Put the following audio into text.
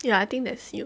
ya I think that's you